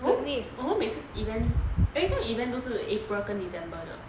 我们每次 event everytime event 都是 april 跟 december 的